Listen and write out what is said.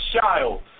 child